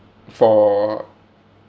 for